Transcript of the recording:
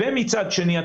מצד שני,